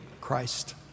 Christ